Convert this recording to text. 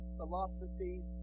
philosophies